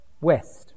West